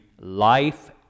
life